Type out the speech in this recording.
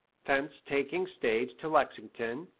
thence taking stage to lexington,